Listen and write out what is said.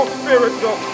spiritual